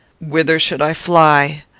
whither should i fly?